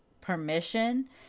permission